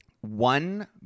One